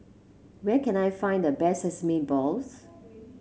where can I find the best Sesame Balls